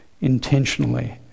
intentionally